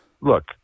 look